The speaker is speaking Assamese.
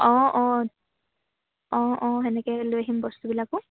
অঁ অঁ অঁ অঁ সেনেকৈ লৈ আহিম বস্তুবিলাকো